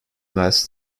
last